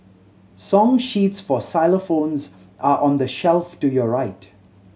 song sheets for xylophones are on the shelf to your right